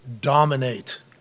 dominate